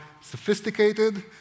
sophisticated